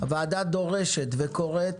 הוועדה דורשת וקוראת